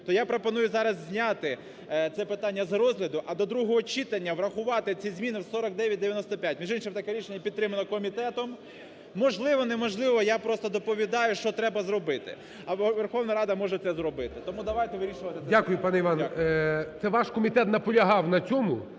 То я пропоную зараз зняти це питання з розгляду, а до другого читання врахувати ці зміни в 4995. Між іншим, таке рішення підтримано комітетом. Можливо, неможливо… Я просто доповідаю, що треба зробити, а Верховна Рада може це зробити. Тому давайте вирішувати… ГОЛОВУЮЧИЙ. Дякую, пане Іване. Це ваш комітет наполягав на цьому,